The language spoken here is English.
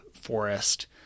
forest